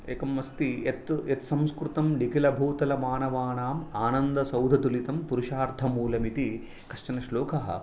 एकम् अस्ति यत् यत् संस्कृतं निखिलभूतलमानवानाम् आनन्दसौददुलितं पुरुषार्थमूलम् इति कश्चन श्लोकः